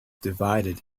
divided